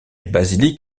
basilique